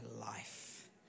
life